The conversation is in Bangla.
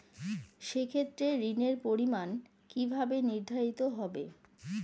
সে ক্ষেত্রে ঋণের পরিমাণ কিভাবে নির্ধারিত হবে?